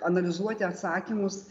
analizuoti atsakymus